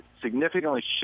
significantly